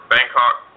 Bangkok